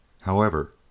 However